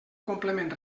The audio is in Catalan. complement